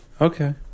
Okay